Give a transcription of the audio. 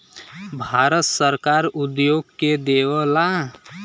भारत सरकार उद्योग के देवऽला